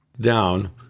down